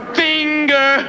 finger